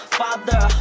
father